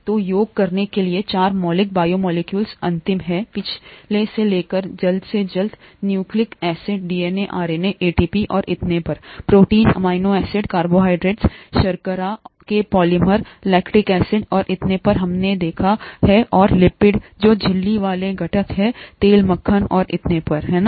तो योग करने के लिए 4 मौलिक बायोमोलेक्यूल्स अंतिम हैं पिछले से लेकर जल्द से जल्द nucleic acid DNA RNA ATP और इतने पर प्रोटीन अमीनो एसिड कार्बोहाइड्रेट शर्करा के पॉलिमर लैक्टिक एसिड और इतने पर हमने देखा है और लिपिड जो झिल्ली वाले घटक हैं तेल मक्खन और इतने पर है ना